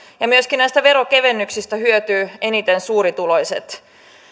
ja myöskin näistä veronkevennyksistä hyötyvät eniten suurituloiset